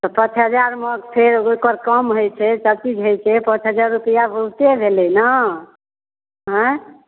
तऽ पाँच हजारमे फेर ओकर कम होइ छै सभचीज होइ छै पाँच हजार रुपैआ बहुते भेलै ने आँय